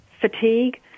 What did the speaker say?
fatigue